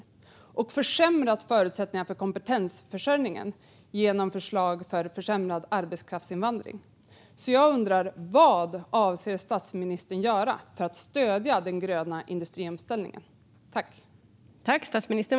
Man har också försämrat förutsättningarna för kompetensförsörjning genom förslag om försämrad arbetskraftsinvandring. Vad avser statsministern att göra för att stödja den gröna industriomställningen?